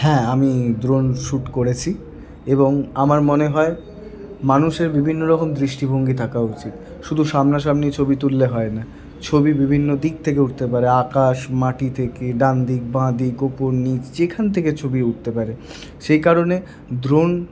হ্যাঁ আমি drone shoot করেছি এবং আমার মনে হয় মানুষের বিভিন্ন রকম দৃষ্টিভঙ্গি থাকা উচিত শুধু সামনাসামনি ছবি তুললে হয় না ছবি বিভিন্ন দিক থেকে উঠতে পারে আকাশ মাটি থেকে ডানদিক বাঁদিক ওপর নিচ যেখান থেকে ছবি উঠতে পারে সেই কারণে দ্রোন